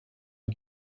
une